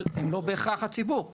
אבל הן לא בהכרח הציבור.